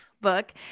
book